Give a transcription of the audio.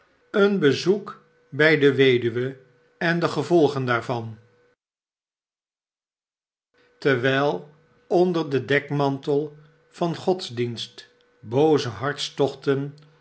een bezoek bij de weduwe en de gevolgen daarvan tervvijl onder den dekmantel van godsdienst booze hartstochten